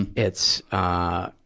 and it's, ah,